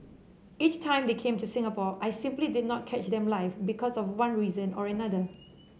every time they came to Singapore I simply did not catch them live because of one reason or another